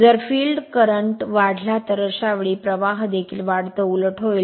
जर field current वाढला तर अशावेळी प्रवाह देखील वाढतो उलट होईल